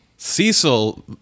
Cecil